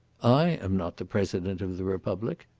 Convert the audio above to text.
i am not the president of the republic.